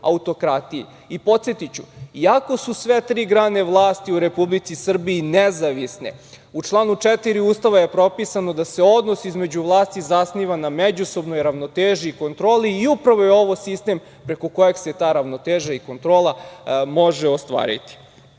autokratiji. Podsetiću, iako su sve tri grane vlasti u Republici Srbiji nezavisne, u članu 4. Ustava je propisano da se odnos između vlasti zasniva na međusobnoj ravnoteži i kontroli i upravo je ovo sistem preko kojeg se ta ravnoteža i kontrola može ostvariti. Uvek